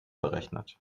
berechnet